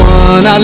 one